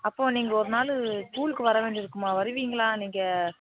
அப்போது நீங்கள் ஒரு நாள் ஸ்கூலுக்கு வரவேண்டிது இருக்கும்மா வருவீங்களா நீங்கள்